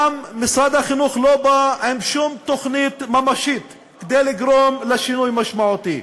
גם משרד החינוך לא בא עם שום תוכנית ממשית כדי לגרום לשינוי משמעותי.